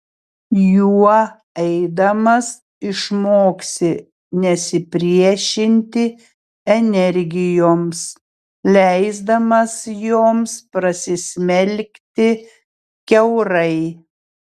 juo eidamas išmoksi nesipriešinti energijoms leisdamas joms prasismelkti kiaurai